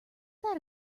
that